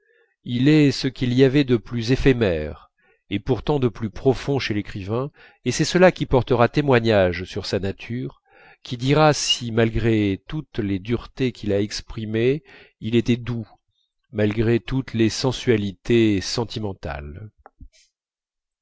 il est ce qu'il y avait de plus éphémère et pourtant de plus profond chez l'écrivain et c'est cela qui portera témoignage sur sa nature qui dira si malgré toutes les duretés qu'il a exprimées il était doux malgré toutes les sensualités sentimental